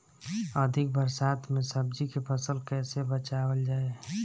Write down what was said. अधिक बरसात में सब्जी के फसल कैसे बचावल जाय?